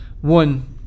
one